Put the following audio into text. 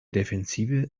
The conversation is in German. defensive